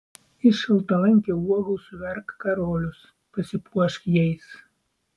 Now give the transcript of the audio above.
iš šaltalankio uogų suverk karolius pasipuošk jais